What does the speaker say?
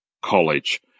College